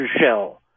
shell